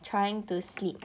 trying to sleep